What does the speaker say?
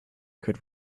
could